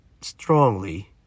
strongly